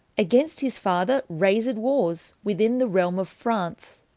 against his father raised warres within the realme of france.